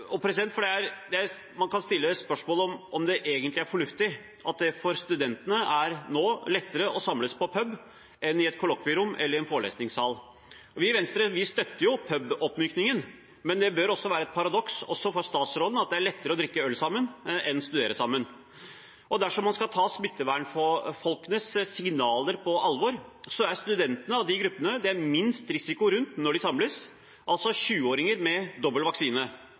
et kollokvierom eller i en forelesningssal. Vi i Venstre støtter puboppmykningen, men det bør være et paradoks – også for statsråden – at det er lettere å drikke øl sammen enn å studere sammen. Og dersom man skal ta smittevernfolkenes signaler på alvor, er studentene av de gruppene det er minst risiko rundt når de samles, altså 20-åringer med dobbel vaksine.